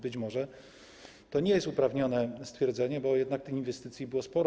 Być może to nie jest uprawnione stwierdzenie, bo jednak tych inwestycji było sporo.